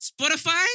Spotify